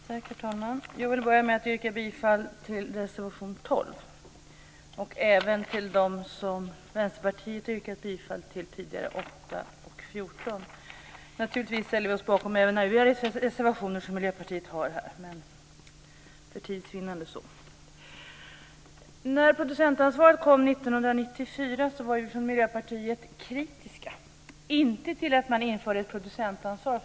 Herr talman! Jag vill börja med att yrka bifall till reservation 12 och även till de reservationer som Vänsterpartiet yrkade bifall till tidigare, reservationerna 8 och 14. Naturligtvis ställer vi oss bakom även övriga reservationer som Miljöpartiet har, men jag yrkar för tids vinnande inte bifall till dem. När producentansvaret kom år 1994 var vi från Miljöpartiet kritiska. Vi var inte kritiska till att man införde ett producentansvar.